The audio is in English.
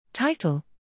Title